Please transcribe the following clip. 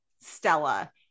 Stella